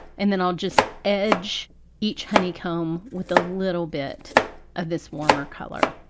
and then i'll just edge each honeycomb with a little bit of this warmer color